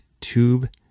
tube